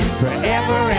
forever